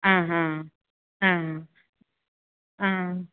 ആഹാ ആ ആ